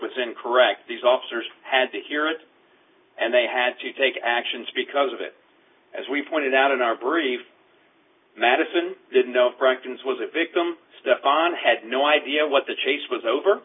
was incorrect these officers had to hear it and they had to take actions because of it as we pointed out in our brief madison didn't know franklin's was a victim stefan had no idea what the chase was over